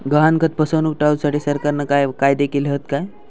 गहाणखत फसवणूक टाळुसाठी सरकारना काय कायदे केले हत काय?